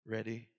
Ready